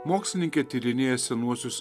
mokslininkė tyrinėja senuosius